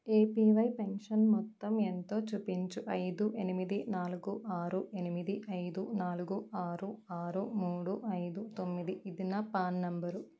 APY pension మొత్తం ఎంతో చూపించు ఐదు ఎనిమిది నాలుగు ఆరు ఎనిమిది ఐదు నాలుగు ఆరు ఆరు మూడు ఐదు తొమ్మిది ఇది నా పాన్ నంబరు